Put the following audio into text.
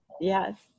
Yes